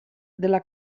della